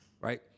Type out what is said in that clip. right